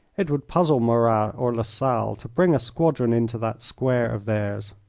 it would puzzle murat or lassalle to bring a squadron into that square of theirs.